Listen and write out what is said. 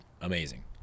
amazing